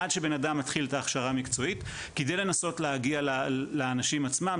עד שבנאדם מתחיל את ההכשרה המקצועית כדי לנסות להגיע לאנשים עצמם,